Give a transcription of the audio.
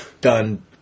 Done